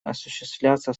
осуществляться